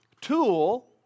tool